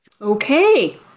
Okay